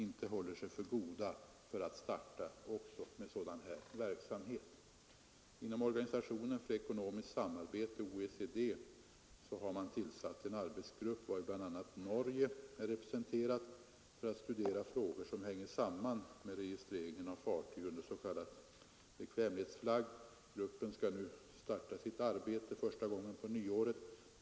Inom organisationen för ekonomiskt samarbete, OECD, har man tillsatt en arbetsgrupp i vilken Norge är representerat, för att studera frågor som hänger samman med registreringen av fartyg under s.k. bekvämlighetsflagg. Gruppen skall starta sitt arbete på nyåret.